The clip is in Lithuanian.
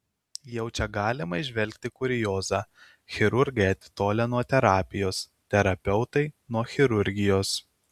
jau čia galima įžvelgti kuriozą chirurgai atitolę nuo terapijos terapeutai nuo chirurgijos